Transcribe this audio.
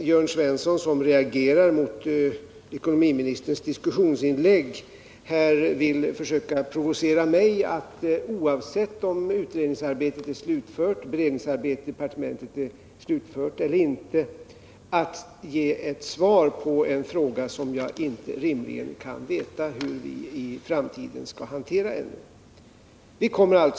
Jörn Svenssons reaktion beträffande ekonomiministerns diskussionsinlägg och att han här försöker provocera mig att, oavsett om beredningsarbetet är slutfört i departementet eller inte, ge ett svar på en fråga som jag inte rimligen kan veta hur vi i framtiden skall hantera.